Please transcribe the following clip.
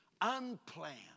unplanned